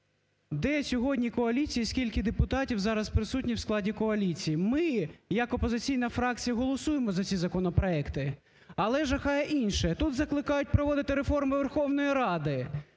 Де сьогодні коаліція і скільки депутатів зараз присутні в складі коаліції? Ми як опозиційна фракція голосуємо за ці законопроекти, але жахає інше, тут закликають проводити реформи Верховної Ради,